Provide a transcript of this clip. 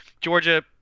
Georgia